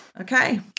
Okay